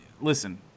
listen